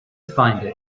find